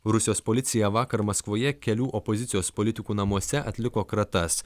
rusijos policija vakar maskvoje kelių opozicijos politikų namuose atliko kratas